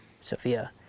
Sophia